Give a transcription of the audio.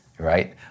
Right